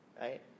right